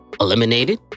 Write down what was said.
eliminated